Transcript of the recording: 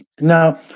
Now